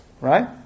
right